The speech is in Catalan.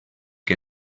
que